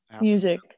music